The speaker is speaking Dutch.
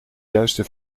juiste